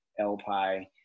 LPI